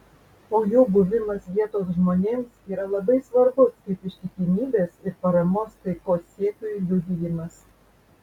o jų buvimas vietos žmonėms yra labai svarbus kaip ištikimybės ir paramos taikos siekiui liudijimas